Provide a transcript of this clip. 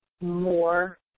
more